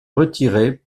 retirer